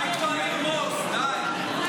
די כבר לרמוס, די.